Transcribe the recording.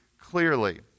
clearly